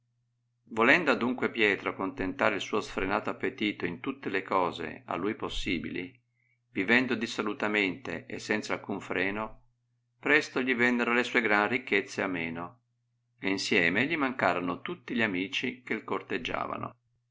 volendo adunque pietro contentar il suo sfrenato appetito in tutte le cose a lui possibili vivendo dissolutamente e senza alcun freno presto gli vennero le sue gran ricchezze a meno e insieme gli mancarono tutti gli amici che corteggiavano